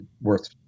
worth